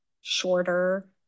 shorter